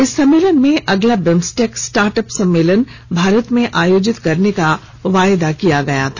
इस सम्मेलन में अगला बिम्सटेक स्टार्टअप सम्मेलन भारत में आयोजित करने का वायदा किया गया था